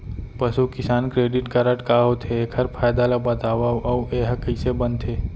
पसु Kisan credit card का होथे, एखर फायदा ला बतावव अऊ एहा कइसे बनथे?